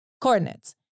Coordinates